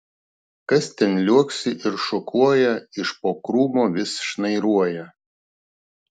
kas ten liuoksi ir šokuoja iš po krūmo vis šnairuoja